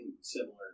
similar